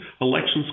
elections